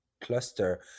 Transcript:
cluster